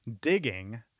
digging